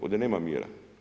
Ovdje nema mjera.